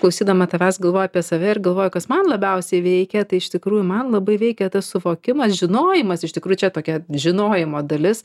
klausydama tavęs galvoju apie save ir galvoju kas man labiausiai veikė tai iš tikrųjų man labai veikė tas suvokimas žinojimas iš tikrųjų čia tokia žinojimo dalis